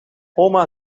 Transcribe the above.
oma